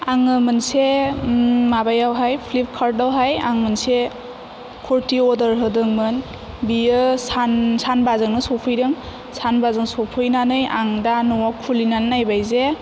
आङो मोनसे माबायावहाय फ्लिपकार्तआव हाय आं मोनसे खुरथि अरदार होदोंमोन बियो सानबा जोंनो सफैदों सानबाजों सफैनानै आं दा न'आव खुलिनानै नायबाय जे